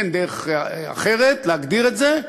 אין דרך אחרת להגדיר את זה: